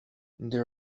they